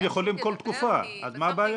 הם יכולים כל תקופה, אז מה הבעיה?